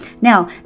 Now